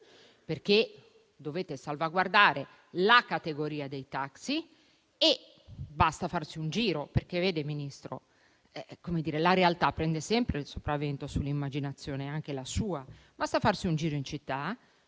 perché dovete salvaguardare la categoria dei taxi. Basta farsi un giro, Ministro, perché la realtà prende sempre il sopravvento sull'immaginazione, anche la sua. Basta farsi un giro in città: